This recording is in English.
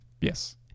yes